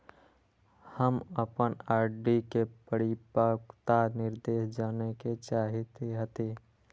हम अपन आर.डी के परिपक्वता निर्देश जाने के चाहईत हती